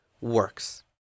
works